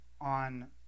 on